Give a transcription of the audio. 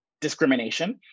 discrimination